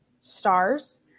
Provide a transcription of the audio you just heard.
stars